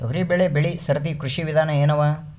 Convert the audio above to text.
ತೊಗರಿಬೇಳೆ ಬೆಳಿ ಸರದಿ ಕೃಷಿ ವಿಧಾನ ಎನವ?